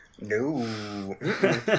No